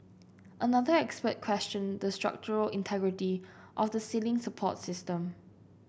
another expert questioned the structural integrity of the ceiling support system